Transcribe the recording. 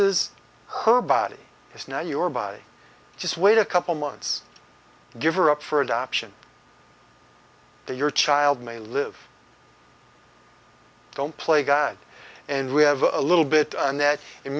is her body is not your body just wait a couple months give or up for adoption that your child may live don't play god and we have a little bit in